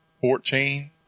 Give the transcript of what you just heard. Fourteen